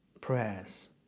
prayers